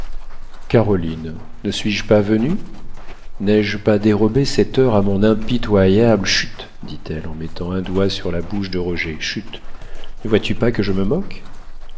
caroline ne suis-je pas venu n'ai-je pas dérobé cette heure à mon impitoyable chut dit-elle en mettant un doigt sur la bouche de roger chut ne vois-tu pas que je me moque